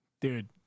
Dude